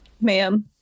ma'am